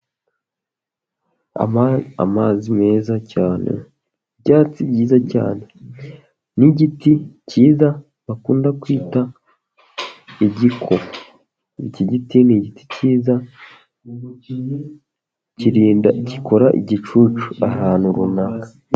Amazi meza cyane ibyatsi byiza cyane n'igiti cyiza bakunda kwita igiko. Iki giti ni igiti cyiza kirinda gikora igicucu ahantu runaka.